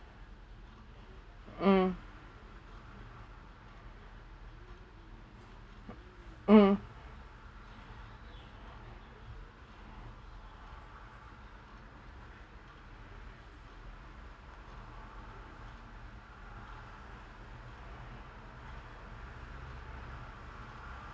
mm mm